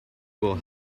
will